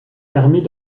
permet